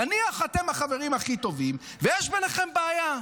נניח אתם החברים הכי טובים ויש ביניכם בעיה,